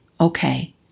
Okay